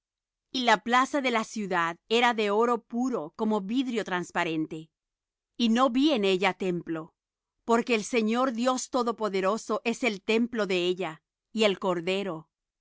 y la plaza de la ciudad era de oro puro como vidrio trasparente y no vi en ella templo porque el señor dios todopoderoso es el templo de ella y el cordero